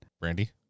brandy